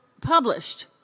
published